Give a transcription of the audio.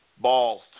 balls